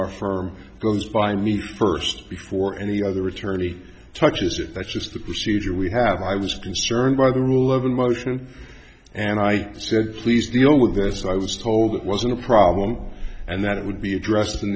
our firm goes by me first before any other attorney touches it that's just the procedure we have i was concerned by the rule of a motion and i said please deal with that as i was told it wasn't a problem and that it would be address